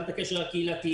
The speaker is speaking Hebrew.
גם את הקשר הקהילתי,